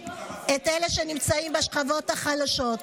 אפשר לתת לחבר כנסת גם עשר שניות לסיים.